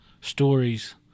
stories